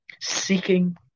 Seeking